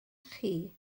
chi